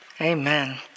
Amen